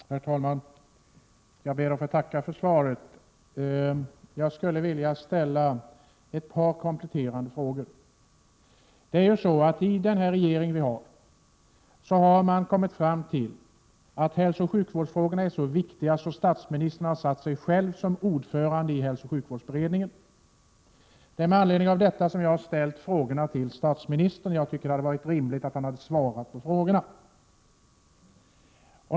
Herr talman! Jag ber att få tacka för svaret. Jag skulle vilja ställa ett par kompletterande frågor. Det är ju så att regeringen har kommit fram till att hälsooch sjukvårdsfrågorna är så viktiga att statsministern bör vara ordförande i hälsooch sjukvårdsberedningen. Det är med anledning av detta som jag har ställt frågorna till statsministern, och jag tycker att det hade varit rimligt att han svarat på dem.